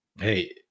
Hey